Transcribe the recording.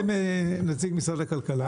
מי זה נציג משרד הכלכלה?